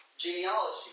Genealogy